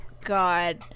God